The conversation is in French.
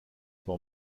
pour